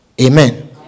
Amen